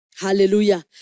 Hallelujah